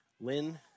Lynn